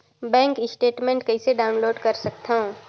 Bank statement कइसे download कर सकथव?